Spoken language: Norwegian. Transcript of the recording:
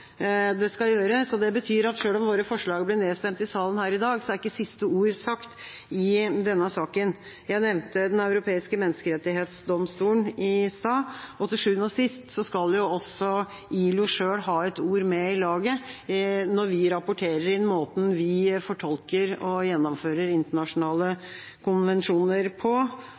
det skal gjøres. Det betyr at selv om våre forslag blir nedstemt i salen her i dag, er ikke siste ord sagt i denne saken. Jeg nevnte Den europeiske menneskerettighetsdomstolen i stad, og til sjuende og sist skal også ILO selv ha et ord med i laget når vi rapporterer inn måten vi fortolker og gjennomfører internasjonale konvensjoner på.